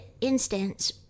instance